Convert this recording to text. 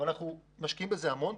ואנחנו משקיעים בזה המון.